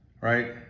right